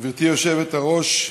גברתי היושבת-ראש,